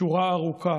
שורה ארוכה,